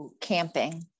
Camping